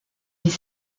les